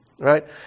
Right